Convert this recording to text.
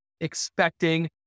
expecting